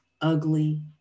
ugly